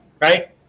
Right